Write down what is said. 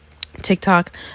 TikTok